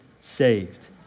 saved